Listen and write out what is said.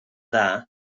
dda